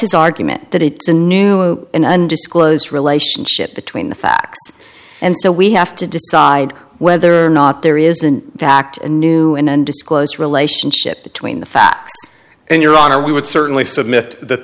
his argument that it's a new an undisclosed relationship between the facts and so we have to decide whether or not there is an attack to new and disclose relationship between the fat and your honor we would certainly submit that